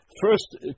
first